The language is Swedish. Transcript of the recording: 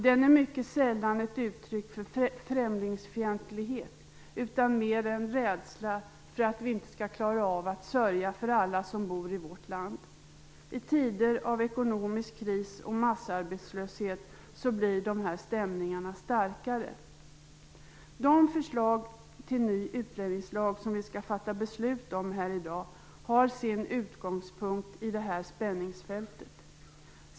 Den är mycket sällan ett uttryck för främlingsfientlighet, utan mer en rädsla för att vi inte skall klara av att sörja för alla som bor i vårt land. I tider av ekonomisk kris och massarbetslöshet blir dessa stämningar starkare. De förslag till ny utlänningslag, som vi skall fatta beslut om här i dag, har sin utgångspunkt i just det spänningsfältet jag nu redovisat.